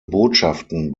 botschaften